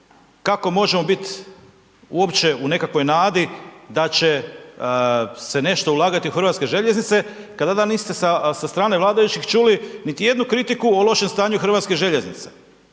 kako možemo bit uopće u nekakvoj nadi da će se nešto ulagati u hrvatske željeznice kada niste sa strane vladajućih čuli niti jednu kritiku o lošem stanju hrvatskih željeznica.